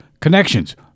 connections